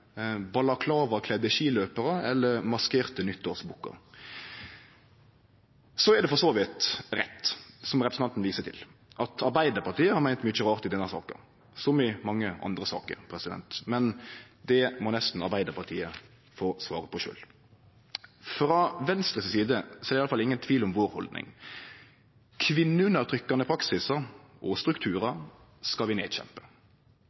skiløparar eller maskerte nyttårsbukkar. Det er for så vidt rett – som representanten viser til – at Arbeidarpartiet har meint mykje rart i denne saka, som i mange andre saker, men det må nesten Arbeidarpartiet få svare på sjølv. Frå Venstre si side er det i alle fall ingen tvil om vår haldning: Kvinneundertrykkjande praksis og strukturar skal vi nedkjempe,